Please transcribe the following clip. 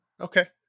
Okay